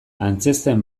antzezten